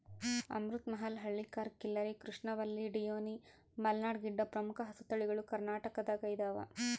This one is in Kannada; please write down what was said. ಅಮೃತ ಮಹಲ್ ಹಳ್ಳಿಕಾರ್ ಖಿಲ್ಲರಿ ಕೃಷ್ಣವಲ್ಲಿ ಡಿಯೋನಿ ಮಲ್ನಾಡ್ ಗಿಡ್ಡ ಪ್ರಮುಖ ಹಸುತಳಿಗಳು ಕರ್ನಾಟಕದಗೈದವ